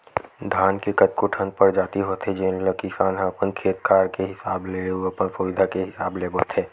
धान के कतको ठन परजाति होथे जेन ल किसान ह अपन खेत खार के हिसाब ले अउ अपन सुबिधा के हिसाब ले बोथे